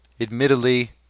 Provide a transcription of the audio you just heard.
admittedly